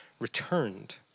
returned